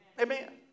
Amen